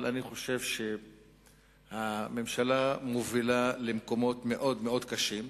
אבל אני חושב שהממשלה מובילה למקומות מאוד מאוד קשים.